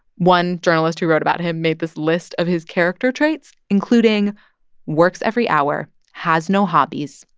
one journalist who wrote about him made this list of his character traits, including works every hour, has no hobbies,